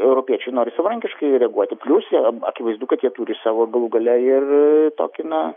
europiečiai nors savarankiškai reaguoti plius jie atvaizdu kad jie turi savo galų gale ir tokį na